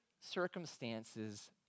circumstances